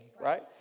right